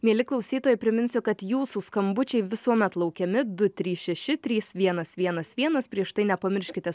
mieli klausytojai priminsiu kad jūsų skambučiai visuomet laukiami du trys šeši trys vienas vienas vienas prieš tai nepamirškite